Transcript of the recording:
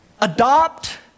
Adopt